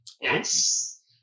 Yes